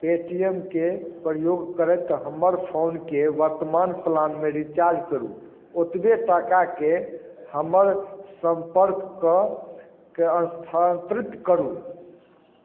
पेटीएमके प्रयोग करैत हमर फोनके वर्तमान प्लानमे रिचार्ज करू ओतबे टाकाके हमर सम्पर्क कऽ कऽ स्थानान्तरित करू